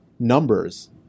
numbers